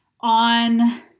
on